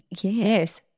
Yes